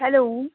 hello